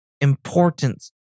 importance